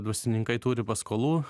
dvasininkai turi paskolų